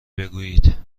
بگویید